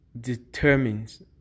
determines